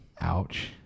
Ouch